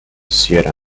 sierra